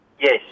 Yes